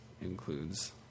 includes